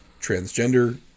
transgender